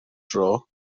dro